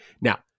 Now